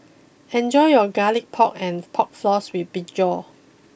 enjoy your Garlic Pork and Pork Floss with Brinjal